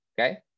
Okay